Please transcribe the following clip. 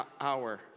hour